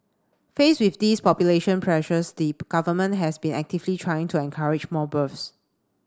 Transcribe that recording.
faced with these population pressures the Government has been actively trying to encourage more births